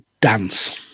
dance